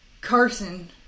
Carson